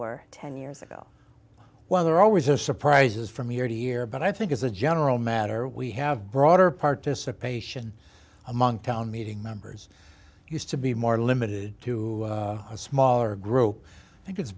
were ten years ago while there always a surprises from year to year but i think as a general matter we have broader participation among town meeting members used to be more limited to a smaller group i think it's